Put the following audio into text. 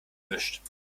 mischt